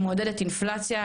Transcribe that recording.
שמעודדת אינפלציה,